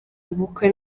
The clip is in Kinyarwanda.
ubukwe